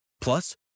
Plus